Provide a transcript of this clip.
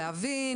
להבין,